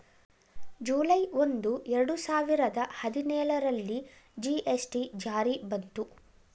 July ಒಂದು, ಎರಡು ಸಾವಿರದ ಹದಿನೇಳರಲ್ಲಿ ಜಿ.ಎಸ್.ಟಿ ಜಾರಿ ಬಂತು